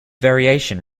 variation